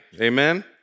Amen